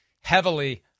heavily